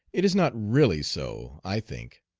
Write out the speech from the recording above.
it is not really so i think.